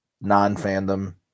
non-fandom